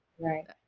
Right